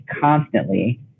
constantly